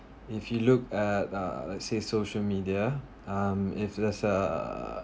if you look at uh let's say social media um if there is uh